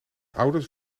ouders